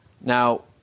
Now